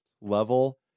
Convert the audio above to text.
level